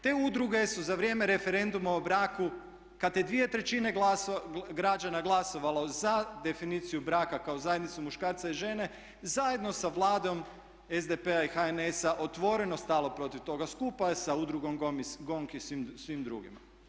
Te udruge su za vrijeme referenduma o braku kad je 2/3 građana glasovalo za definiciju braka kao zajednicu muškarca i žene zajedno sa Vladom SDP-a i HNS-a otvoreno stalo protiv toga skupa sa udrugom GONG i svim drugima.